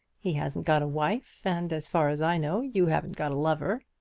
he hasn't got a wife and, as far as i know, you haven't got a lover.